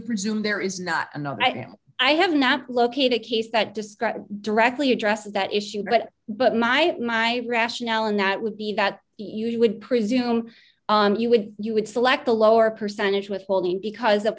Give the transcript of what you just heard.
presume there is not a no but now i have not located a case that described directly addresses that issue but but my my rationale in that would be that you would presume you would you would select the lower percentage withholding because the